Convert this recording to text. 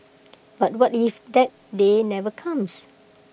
but what if that day never comes